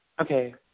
Okay